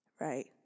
right